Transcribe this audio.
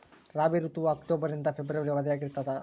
ರಾಬಿ ಋತುವು ಅಕ್ಟೋಬರ್ ನಿಂದ ಫೆಬ್ರವರಿ ಅವಧಿಯಾಗ ಇರ್ತದ